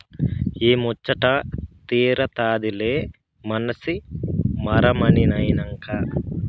ఆ ముచ్చటా తీరతాదిలే మనసి మరమనినైనంక